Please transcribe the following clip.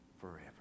forever